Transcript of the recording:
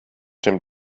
dem